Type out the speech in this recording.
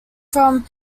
from